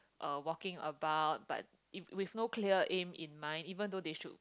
uh walking about but it with no clear aim in mind even though they should